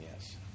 yes